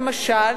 למשל,